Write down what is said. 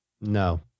No